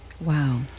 Wow